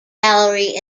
gallery